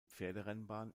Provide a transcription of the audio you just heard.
pferderennbahn